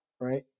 right